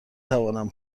توانم